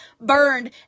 burned